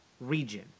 region